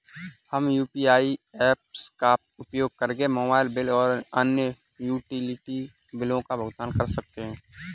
हम UPI apps का उपयोग करके मोबाइल बिल और अन्य यूटिलिटी बिलों का भुगतान कर सकते हैं